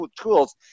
tools